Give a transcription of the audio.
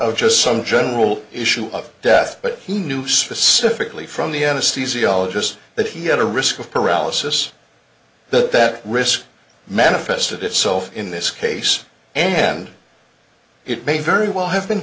of just some general issue of death but he knew specifically from the anesthesiologist that he had a risk of paralysis that that risk manifested itself in this case and it may very well have been